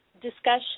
discussion